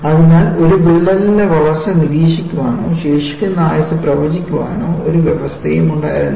അതിനാൽ ഒരു വിള്ളലിന്റെ വളർച്ച നിരീക്ഷിക്കാനോ ശേഷിക്കുന്ന ആയുസ്സ് പ്രവചിക്കാനോ ഒരു വ്യവസ്ഥയും ഉണ്ടായിരുന്നില്ല